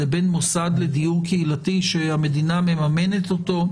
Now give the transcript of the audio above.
לבין מוסד לדיור קהילתי שהמדינה מממנת אותו.